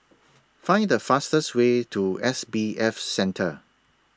Find The fastest Way to S B F Center